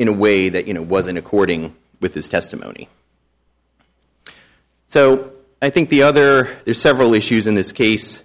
in a way that you know was in according with his testimony so i think the other there's several issues in this case